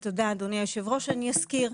תודה, אדוני היושב ראש, אני אזכיר.